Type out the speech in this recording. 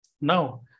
Now